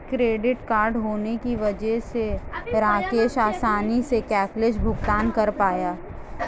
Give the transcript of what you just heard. credit card होने की वजह से राकेश आसानी से कैशलैस भुगतान कर पाया